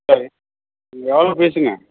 சரி எவ்வளோ ஃபீஸுங்க